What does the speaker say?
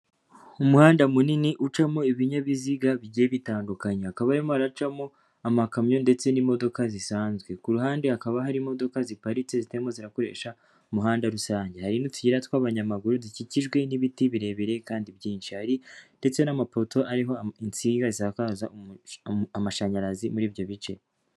Umuhanda munini ucamo ibinyabiziga bigiye bitandukanyekanye, hakaba harimo haracamo amakamyo ndetse n'imodoka zisanzwe, ku ruhande hakaba hari imodoka ziparitse zitarimo zirakoresha umuhanda rusange, hari n'utuyira tw'abanyamaguru dukikijwe n'ibiti birebire kandi byinshi, hari ndetse n'amaporoto ariho insinga zisakaza amashanyarazi muri ibyo bice.